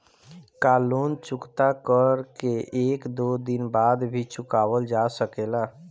का लोन चुकता कर के एक दो दिन बाद भी चुकावल जा सकेला?